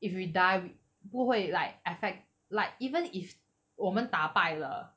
if we die we 不会 like affect like even if 我们打败了